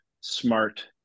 smart